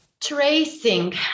tracing